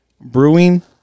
Brewing